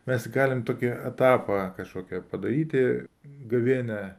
mes galim tokį etapą kažkokią padaryti gavėnią